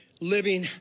living